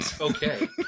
Okay